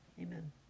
amen